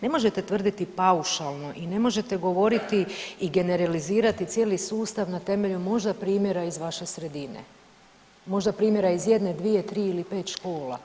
Ne možete tvrditi paušalno i ne možete govoriti i generalizirati cijeli sustav na temelju možda primjera iz vaše sredine, možda primjera iz jedne, dvije, tri ili pet škola.